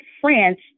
France